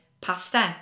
pasta